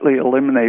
eliminate